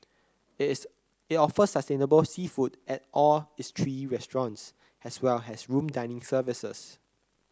it's it offers sustainable seafood at all its three restaurants as well as room dining services